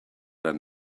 than